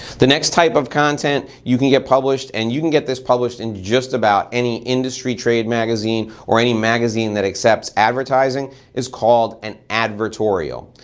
the next type of content you can published and you can get this published in just about any industry trade magazine or any magazine that accepts advertising is called an advertorial.